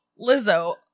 Lizzo